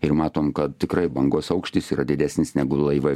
ir matom kad tikrai bangos aukštis yra didesnis negu laivai